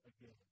again